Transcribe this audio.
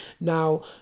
Now